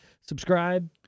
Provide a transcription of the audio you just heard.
Subscribe